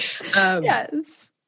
Yes